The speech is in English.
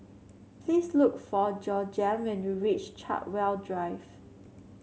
please look for Georgiann when you reach Chartwell Drive